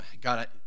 God